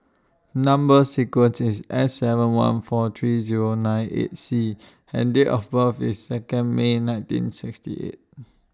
Number sequence IS S seven one four three Zero nine eight C and Date of birth IS Second May nineteen sixty eight